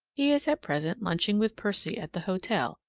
he is at present lunching with percy at the hotel,